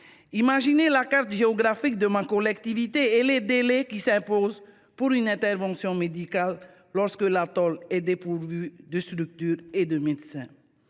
sur une carte la géographie de ma collectivité et imaginez les délais qui s’imposent pour une intervention médicale lorsque l’atoll est dépourvu de structures et de médecin